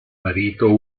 marito